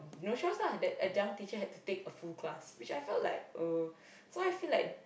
no choice ah that adjunct teacher had to take a full class which I felt like ugh so I feel like